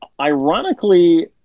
ironically